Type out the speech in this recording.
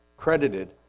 credited